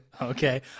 Okay